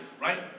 right